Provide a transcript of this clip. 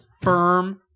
firm